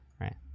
Right